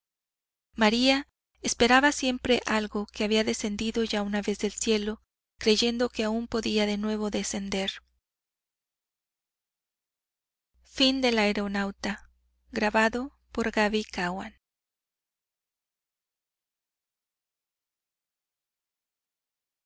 maría esperaba siempre algo que había descendido ya una vez del cielo creyendo que aun podía de nuevo descender la casa era